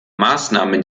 maßnahme